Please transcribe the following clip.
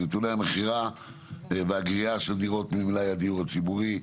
נתוני המכירה והגריעה של דירות ממלאי הדיור הציבורי,